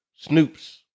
Snoops